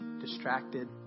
distracted